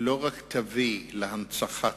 לא רק יביאו הפעם להנצחת